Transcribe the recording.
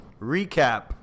recap